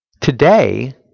today